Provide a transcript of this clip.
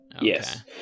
Yes